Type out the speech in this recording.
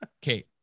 Okay